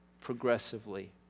progressively